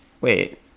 Wait